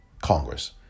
Congress